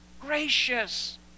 Gracious